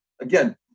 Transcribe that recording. again